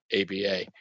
ABA